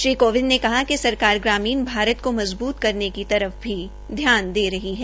श्री कोविंद ने कहा कि सरकार ग्रामीण भारत को मजबूत करने की तरफ भी ध्यान दे रही है